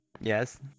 Yes